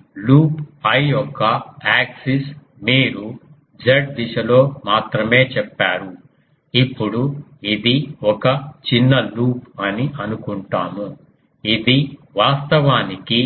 కాబట్టి loop I యొక్క axis మీరు Z దిశలో మాత్రమే చెప్పారు ఇప్పుడు ఇది ఒక చిన్న లూప్ అని అనుకుంటాము ఇది వాస్తవానికి